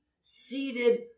seated